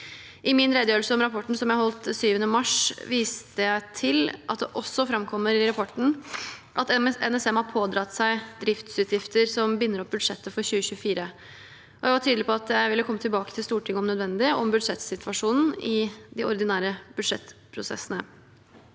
I min redegjørelse om rapporten, som jeg holdt 7. mars, viste jeg til at det også framkommer i rapporten at NSM har pådratt seg driftsutgifter som binder opp budsjettet for 2024, og jeg var tydelig på at jeg om nødvendig ville komme tilbake til Stortinget om budsjettsituasjonen i de ordinære budsjettprosessene.